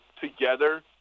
together